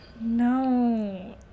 no